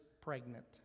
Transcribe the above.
pregnant